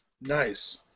Nice